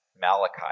Malachi